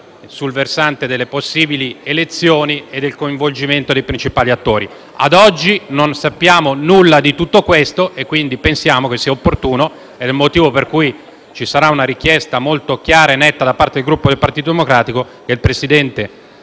sul versante delle possibili elezioni e del coinvolgimento dei principali attori. Ad oggi non sappiamo nulla di tutto questo e quindi pensiamo che sia opportuno - questo è il motivo per cui ci sarà una richiesta netta da parte del Gruppo del Partito Democratico - che il Presidente